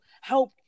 help